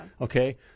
Okay